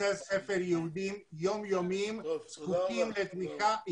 בתי ספר יהודיים יום יומיים זקוקים לתמיכה,